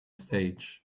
stage